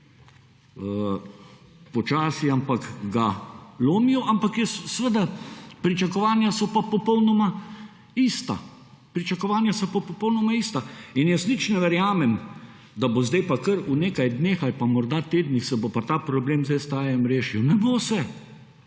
počasi, ampak ga lomijo, ampak jaz seveda pričakovanja so pa popolnoma ista. Pričakovanja so popolnoma ista in jaz nič ne verjamem, da bo zdaj pa kar v nekaj dneh ali pa morda tednih se bo pa ta problem z STA rešil. Ne bo se.